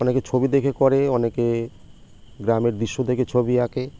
অনেকে ছবি দেখে করে অনেকে গ্রামের দৃশ্য দেখে ছবি আঁকে